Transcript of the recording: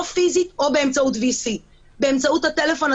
או פיזית או באמצעות VC. באמצעות הטלפון,